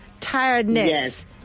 tiredness